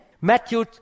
Matthew